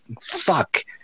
fuck